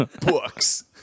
books